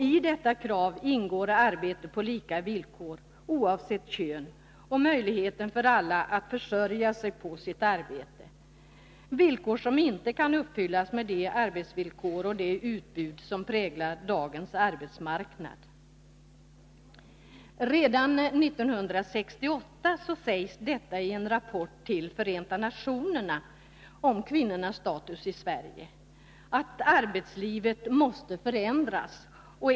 I detta krav ingår arbete på lika villkor oavsett kön och möjligheten för alla att försörja sig på sitt arbete — villkor som inte kan uppfyllas med de arbetsvillkor och det utbud som präglar dagens arbetsmarknad. Redan 1968 sägs i en rapport till Förenta Nationerna om kvinnornas status i Sverige att arbetslivet måste förändras.